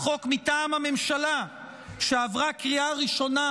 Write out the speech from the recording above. חוק מטעם הממשלה ועברה בקריאה ראשונה,